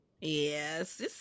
yes